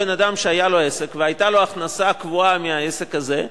אדם שהיה לו עסק והיתה לו הכנסה קבועה מהעסק הזה,